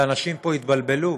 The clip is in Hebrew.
ואנשים פה התבלבלו,